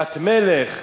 בת מלך,